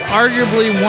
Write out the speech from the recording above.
arguably